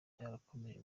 byakomeje